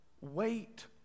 Wait